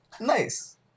nice